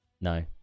No